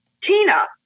Tina